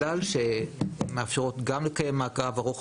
בגלל שהן מאפשרות גם לקיים מעקב ארוך